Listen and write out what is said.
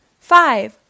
five